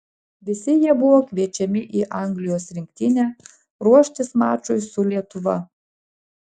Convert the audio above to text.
visi jie buvo kviečiami į anglijos rinktinę ruoštis mačui su lietuva